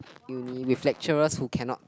uni with lecturers who cannot